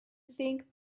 think